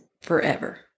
forever